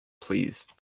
please